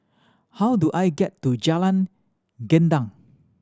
how do I get to Jalan Gendang